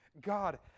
God